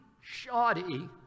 shoddy